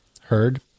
Heard